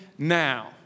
Now